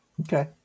okay